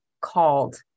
called